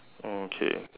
okay